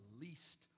least